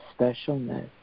specialness